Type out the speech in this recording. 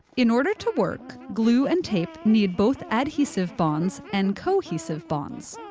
in order to work, glue and tape need both adhesive bonds and cohesive bonds.